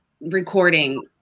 recording